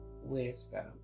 wisdom